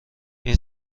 این